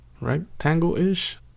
rectangle-ish